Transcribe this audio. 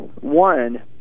One